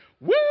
woo